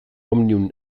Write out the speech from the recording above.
omnium